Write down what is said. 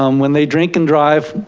um when they drink and drive,